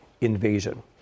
invasion